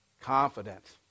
Confidence